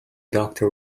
doctor